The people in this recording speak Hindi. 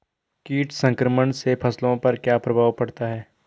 कीट संक्रमण से फसलों पर क्या प्रभाव पड़ता है?